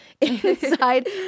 inside